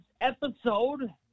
episode